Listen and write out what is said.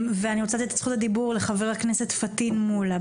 אני רוצה לתת את זכות הדיבור לחבר הכנסת פטין מולא,